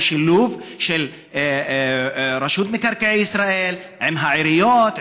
זה שילוב של רשות מקרקעי ישראל עם העיריות,